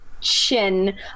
chin